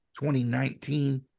2019